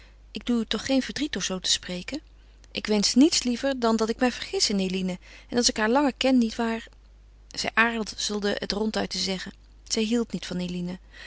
ik doe u toch geen verdriet door zoo te spreken ik wensch niets liever dan dat ik mij vergis in eline en als ik haar langer ken nietwaar zij aarzelde het ronduit te zeggen zij hield niet van eline